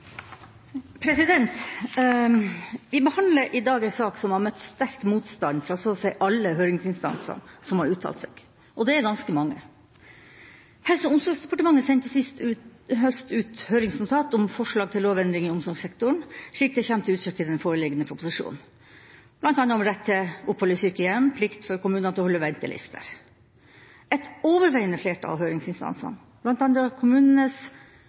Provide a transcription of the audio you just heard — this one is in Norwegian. seg. Vi behandler i dag en sak som har møtt sterk motstand fra så å si alle høringsinstansene som har uttalt seg – og det er ganske mange. Helse- og omsorgsdepartementet sendte sist høst ut et høringsnotat om forslag til lovendring i omsorgssektoren slik det kommer til uttrykk i den foreliggende proposisjonen, bl.a. om rett til opphold i sykehjem og plikt for kommunene til å holde ventelister. Et overveiende flertall av høringsinstansene, bl.a. Kommunenes